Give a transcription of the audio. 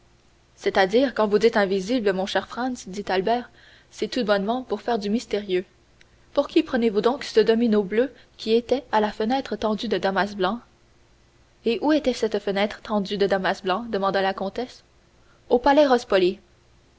c'est-à-dire quand vous dites invisible mon cher franz dit albert c'est tout bonnement pour faire du mystérieux pour qui prenez-vous donc ce domino bleu qui était à la fenêtre tendue de damas blanc et où était cette fenêtre tendue de damas blanc demanda la comtesse au palais